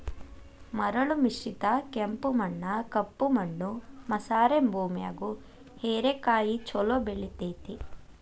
ಮರಳು ಮಿಶ್ರಿತ ಕೆಂಪು ಮಣ್ಣ, ಕಪ್ಪು ಮಣ್ಣು ಮಸಾರೆ ಭೂಮ್ಯಾಗು ಹೇರೆಕಾಯಿ ಚೊಲೋ ಬೆಳೆತೇತಿ